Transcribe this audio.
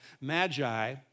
magi